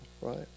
right